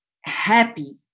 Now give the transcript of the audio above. happy